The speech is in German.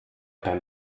beim